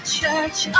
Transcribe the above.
Church